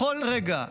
בכל רגע,